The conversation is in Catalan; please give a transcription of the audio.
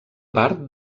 part